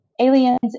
Aliens